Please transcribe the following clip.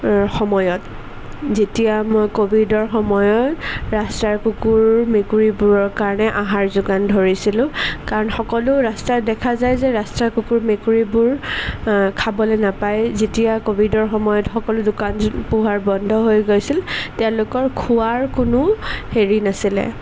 সময়ত যেতিয়া মই ক'ভিডৰ সময়ত ৰাস্তাৰ কুকুৰ মেকুৰীবোৰৰ কাৰণে আহাৰ যোগান ধৰিছিলোঁ কাৰণ সকলো ৰাস্তাত দেখা যায় যে ৰাস্তাৰ কুকুৰ মেকুৰীবোৰ খাবলৈ নাপায় যেতিয়া ক'ভিডৰ সময়ত সকলো দোকান পোহাৰ বন্ধ হৈ গৈছিল তেওঁলোকৰ খোৱাৰ কোনো হেৰি নাছিলে